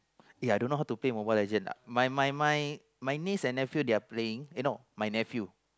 eh I don't know how to play Mobile Legend my my my my niece and nephew they are playing eh no my nephew